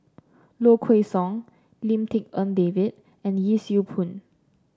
Low Kway Song Lim Tik En David and Yee Siew Pun